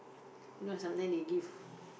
you know sometimes they give